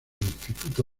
instituto